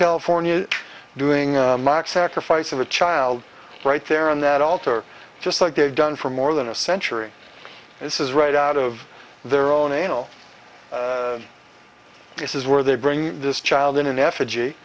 california doing mock sacrifice of a child right there on that altar just like they've done for more than a century this is right out of their own anal this is where they bring this child in an effigy